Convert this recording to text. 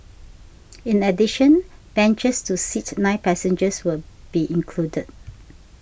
in addition benches to seat nine passengers will be included